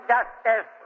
Justice